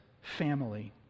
family